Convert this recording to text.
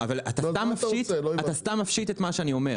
אתה מפשט את מה שאני אומר.